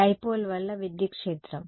So dipole వల్ల విద్యుత్ క్షేత్రం